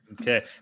Okay